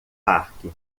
parque